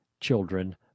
children